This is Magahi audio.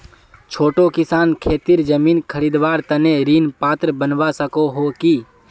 छोटो किसान खेतीर जमीन खरीदवार तने ऋण पात्र बनवा सको हो कि?